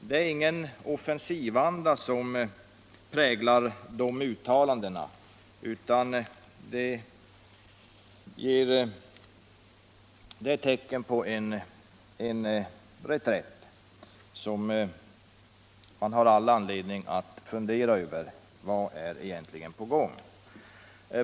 Det är ingen offensivanda som präglar dessa uttalanden, utan de är tecken på en reträtt som man har all anledning att fundera över. Vad är egentligen på gång?